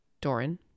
Doran